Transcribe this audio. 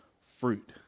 fruit